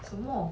什么